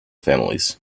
families